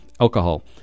alcohol